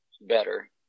better